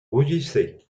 rougissez